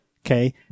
Okay